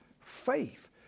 faith